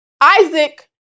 Isaac